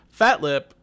Fatlip